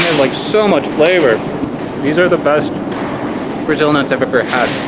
like so much flavor these are the best brazil nuts i've ever had.